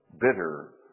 bitter